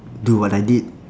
do what I did